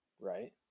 right